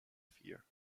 fear